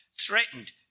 threatened